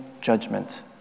judgment